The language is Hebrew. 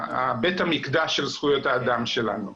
בית המקדש של זכויות האדם שלנו.